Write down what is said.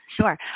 Sure